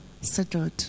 settled